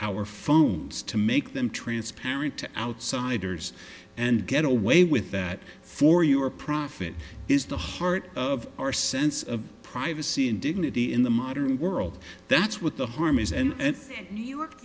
our phones to make them transparent to outsiders and get away with that for you or profit is the heart of our sense of privacy and dignity in the modern world that's what the harm is and new york